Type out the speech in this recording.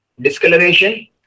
discoloration